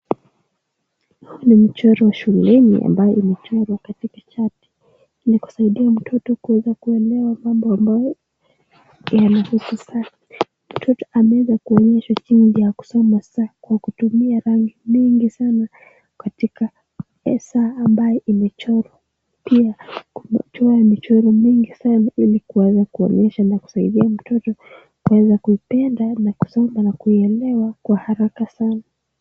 Huu ni mchoro shuleni, ambao umechorwa katika chati ili kusaidia mtoto kuweza kuelewa mambo ambayo yanahusu saa. Mtoto anaweza kuonyeshwa jinsi ya kusoma saa kwa kutumia rangi mingi sanaa katika saa ambaye imechorwa. Pia imechorwa michoro mingi sanaa ili kuweza kuonyesha na kusaidia mtoto kuweza kuipenda na kusoma na kuilewa kwa haraka sanaa.